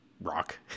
rock